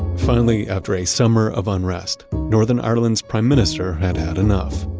finally, after a summer of unrest, northern ireland's prime minister had, had enough.